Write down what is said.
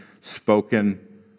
spoken